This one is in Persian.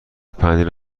پنیر